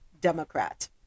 Democrat